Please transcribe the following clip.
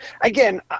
Again